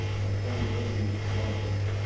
my friend herbie's father,